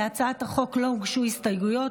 להצעת החוק לא הוגשו הסתייגויות,